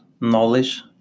knowledge